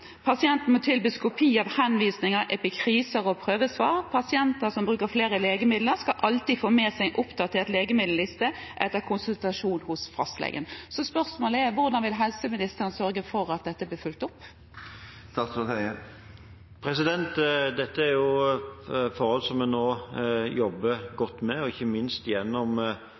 må tilbys kopi av henvisninger, epikriser og prøvesvar. Pasienter som bruker flere legemidler, skal alltid få med seg en oppdatert legemiddelliste etter konsultasjon hos fastlegen. Så spørsmålet er: Hvordan vil helseministeren sørge for at dette blir fulgt opp? Dette er forhold som vi nå jobber godt med, ikke minst gjennom